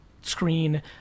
screen